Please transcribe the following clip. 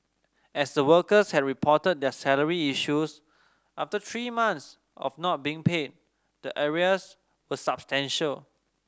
as the workers had reported their salary issues after three months of not being paid the arrears were substantial